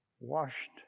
washed